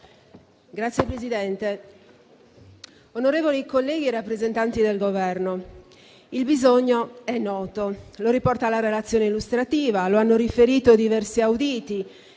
Signor Presidente, onorevoli colleghi, rappresentanti del Governo, il bisogno è noto. Lo riporta la relazione illustrativa, lo hanno riferito diversi auditi